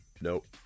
Nope